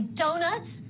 donuts